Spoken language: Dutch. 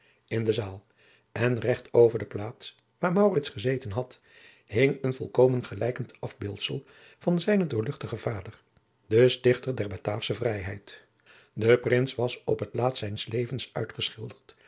in de zaal en recht over de plaats waar maurits gezeten had hing een volkomen gelijkend afbeeldsel van zijnen doorluchten vader den stichter der bataafsche vrijheid de prins was op het laatst zijns levens uitgeschilderd